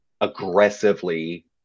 aggressively